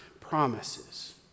promises